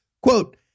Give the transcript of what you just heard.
quote